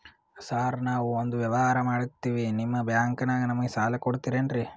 Sir ನಾವು ಒಂದು ವ್ಯವಹಾರ ಮಾಡಕ್ತಿವಿ ನಿಮ್ಮ ಬ್ಯಾಂಕನಾಗ ನಮಿಗೆ ಸಾಲ ಕೊಡ್ತಿರೇನ್ರಿ?